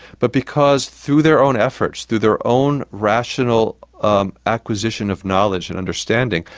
but because through their own efforts, through their own rational um acquisition of knowledge and understanding,